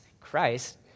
Christ